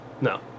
No